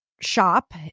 shop